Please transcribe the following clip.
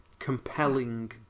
compelling